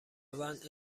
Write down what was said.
روند